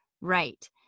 Right